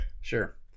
Sure